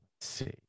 see